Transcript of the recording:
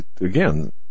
again